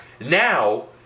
now